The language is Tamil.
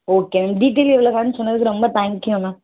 ஓகே மேம் டீடெயில் இவ்வளோ நேரம் சொன்னதுக்கு ரொம்ப தேங்க் யூ மேம்